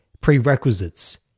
prerequisites